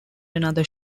another